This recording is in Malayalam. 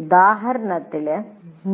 ഉദാഹരണത്തിന്